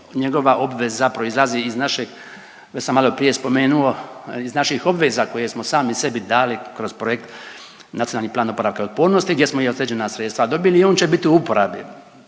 njegova obveza proizlazi iz našeg, već sam maloprije spomenuo iz naših obveza koje smo sami sebi dali kroz projekt Nacionalni plan oporavka i otpornosti gdje smo i određena sredstva dobili i on će biti u upotrebi,